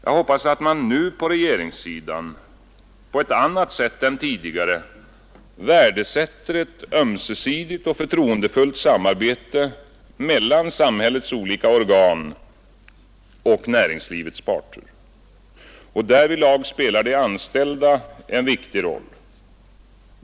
Jag hoppas att man nu på regeringssidan på ett annat sätt än tidigare värdesätter ett ömsesidigt och förtroendefullt samarbete mellan samhällets olika organ och näringslivets parter. Därvidlag spelar de anställda en viktig roll.